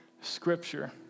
scripture